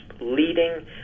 leading